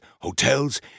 hotels